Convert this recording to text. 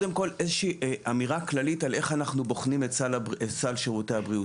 אתחיל באמירה כללית על איך אנחנו בוחנים את סל שירותי הבריאות.